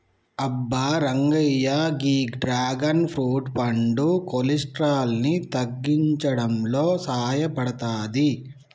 అబ్బ రంగయ్య గీ dragon fruit పండు కొలెస్ట్రాల్ ని తగ్గించడంలో సాయపడతాది